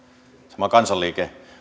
sama kansanliike